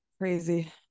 crazy